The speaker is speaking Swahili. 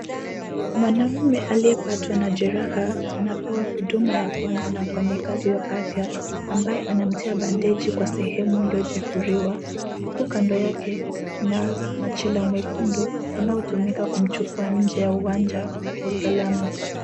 Mwanaume aliyepatwa na jeraha anapewa huduma ya kwanza na mfanyikazi wa afya ambaye anamtia bandeji kwa sehemu iliyojeruhiwa huku kando yake kuna machela mwekundu unaotumika kumchukua nje ya uwanja kwa usalama.